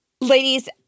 Ladies